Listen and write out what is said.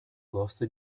gosta